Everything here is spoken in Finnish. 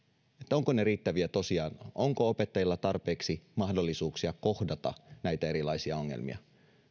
ovatko ne riittäviä tosiaan onko opettajilla tarpeeksi mahdollisuuksia kohdata näitä erilaisia ongelmia